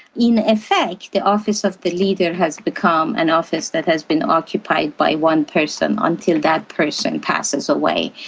in effect the office of the leader has become an office that has been occupied by one person until that person passes away.